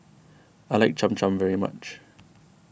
I like Cham Cham very much